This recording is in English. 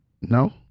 No